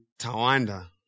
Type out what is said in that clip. Tawanda